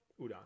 Udon